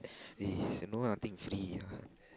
is no nothing free ah